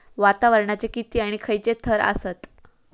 वातावरणाचे किती आणि खैयचे थर आसत?